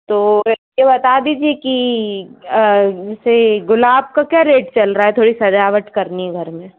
तो ये बता दीजिए कि जैसे गुलाब का क्या रेट चल रहा है थोड़ी सजावट करनी है घर में